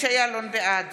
בעד